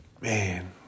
Man